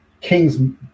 King's